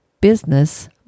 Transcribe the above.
business